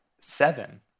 seven